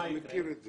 אני מכיר את זה.